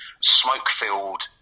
smoke-filled